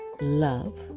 love